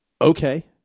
okay